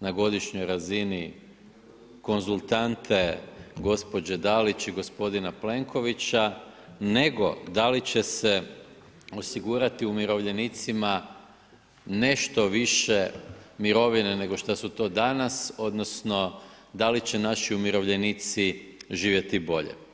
na godišnjoj razini konzultante gospođe DAlić i gospodina Plenkovića nego da li će se osigurati umirovljenicima nešto više mirovine nego šta su to danas odnosno da li će naši umirovljenici živjeti bolje.